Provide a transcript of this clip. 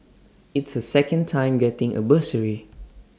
it's her second time getting A bursary